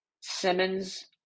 Simmons